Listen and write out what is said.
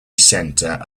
center